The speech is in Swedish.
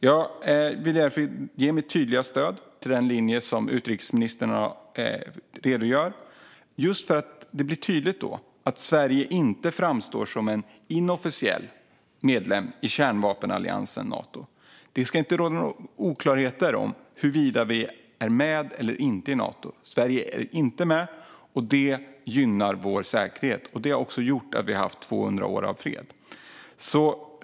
Jag vill därför ge mitt tydliga stöd för den linje som utrikesministern redogjort för och som gör det tydligt så att Sverige inte framstår som en inofficiell medlem av kärnvapenalliansen Nato. Det ska inte råda några oklarheter om huruvida vi är med i Nato eller inte. Sverige är inte med. Det gynnar vår säkerhet och har också gjort att vi har haft två hundra år av fred.